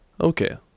Okay